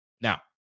Now